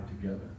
together